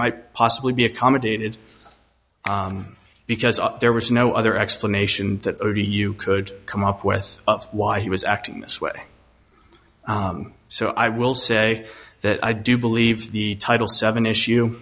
might possibly be accommodated because there was no other explanation that only you could come up with why he was acting this way so i will say that i do believe the title seven issue